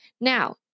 Now